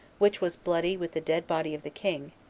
which was bloody with the dead body of the king,